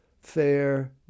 fair